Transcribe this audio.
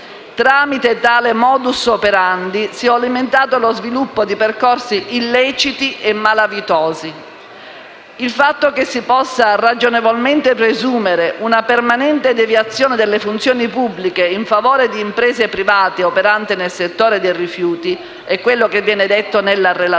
Tramite tale *modus operandi* si è alimentato lo sviluppo di percorsi illeciti e malavitosi. Il fatto che si possa «ragionevolmente presumere una permanente deviazione delle funzioni pubbliche in favore di imprese private operanti nel settore dei rifiuti», come viene detto nella relazione,